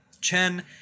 Chen